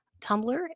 Tumblr